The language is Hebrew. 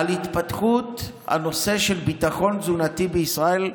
על התפתחות הנושא של ביטחון תזונתי בישראל,